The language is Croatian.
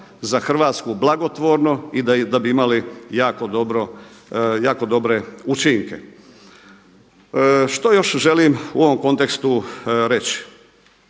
za Hrvatsku blagotvorno i da bi imali jako dobre učinke. Što još želim u ovom kontekstu reći.